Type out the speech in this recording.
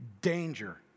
danger